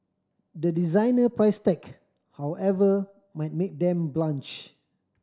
the designer price tag however might make them blanch